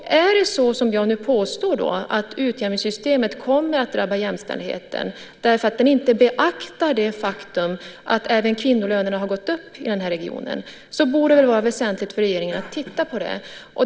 Är det då som jag påstår, att utjämningssystemet kommer att drabba jämställdheten därför att det inte beaktar det faktum att även kvinnolönerna har gått upp i den här regionen, borde det väl vara väsentligt för regeringen att titta på det.